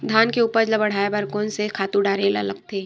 धान के उपज ल बढ़ाये बर कोन से खातु डारेल लगथे?